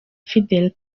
fidel